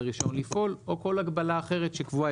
הרישיון לפעול או כל הגבלה אחרת שקבועה.